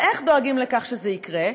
ואיך דואגים לכך שזה יקרה?